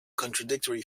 contradictory